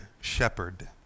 shepherd